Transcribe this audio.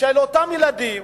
של אותם ילדים,